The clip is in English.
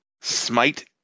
smite